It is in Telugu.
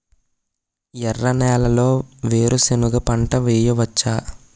ఎర్ర నేలలో వేరుసెనగ పంట వెయ్యవచ్చా?